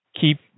keep